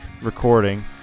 recording